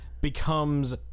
becomes